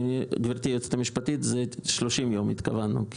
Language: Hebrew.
גברתי היועצת המשפטית, ל-30 יום התכוונו.